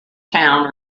town